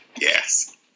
Yes